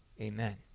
Amen